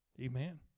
Amen